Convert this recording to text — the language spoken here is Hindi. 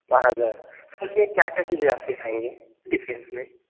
बारह हज़ार सर यह क्या क्या चीज़ें आप सिखाएँगे इस रेंज में